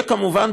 כמובן,